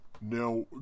Now